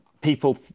people